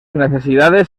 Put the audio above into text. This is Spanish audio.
necesidades